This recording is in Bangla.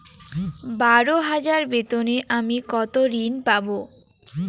বারো হাজার বেতনে আমি কত ঋন পাব?